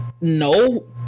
no